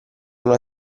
una